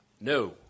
No